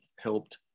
helped